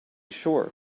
sure